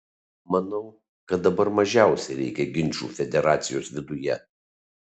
manau kad dabar mažiausiai reikia ginčų federacijos viduje